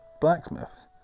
blacksmith